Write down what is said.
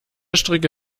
stricke